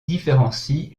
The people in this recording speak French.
différencie